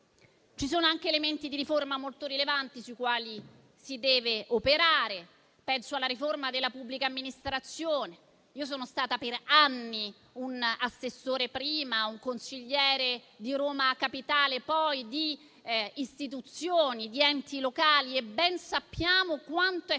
Ci sono anche elementi di riforma molto rilevanti sui quali si deve operare: penso alla riforma della pubblica amministrazione - sono stata per anni un assessore, prima, un consigliere di Roma Capitale poi - di istituzioni, di enti locali, e ben sappiamo quanto è